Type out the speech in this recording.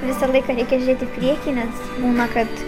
visą laiką reikia žiūrėt į priekį nes būna kad